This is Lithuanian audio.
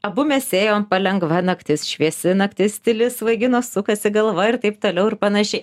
abu mes ėjom palengva naktis šviesi naktis tyli svaigina sukasi galva ir taip toliau ir panaši